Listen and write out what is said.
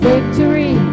Victory